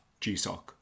gsoc